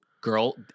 girl